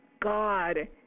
God